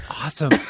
awesome